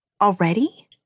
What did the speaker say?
Already